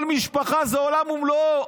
כל משפחה זה עולם ומלואו.